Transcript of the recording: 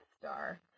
Star